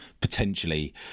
potentially